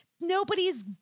nobody's